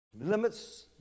Limits